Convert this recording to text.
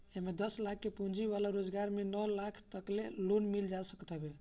एमे दस लाख के पूंजी वाला रोजगार में नौ लाख तकले लोन मिल जात हवे